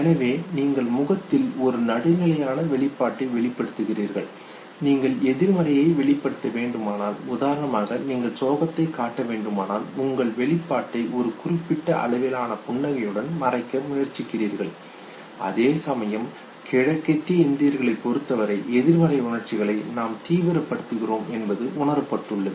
எனவே நீங்கள் முகத்தில் ஒரு நடுநிலை வெளிப்பாட்டை வெளிபடுத்துகிறீர்கள் நீங்கள் எதிர்மறையை வெளிப்படுத்த வேண்டுமானால் உதாரணமாக நீங்கள் சோகத்தைக் காட்ட வேண்டுமானால் உங்கள் வெளிப்பாட்டை ஒரு குறிப்பிட்ட அளவிலான புன்னகையுடன் மறைக்க முயற்சிக்கிறீர்கள் அதேசமயம் கிழக்கித்திய இந்தியர்களைப் பொறுத்தவரை எதிர்மறை உணர்ச்சிகளை நாம் தீவிரப்படுத்துகிறோம் என்பது உணரப்பட்டுள்ளது